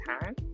time